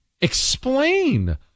explain